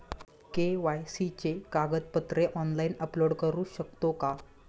KYC ची कागदपत्रे online upload करू शकतो का?